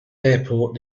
airport